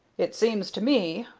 it seems to me,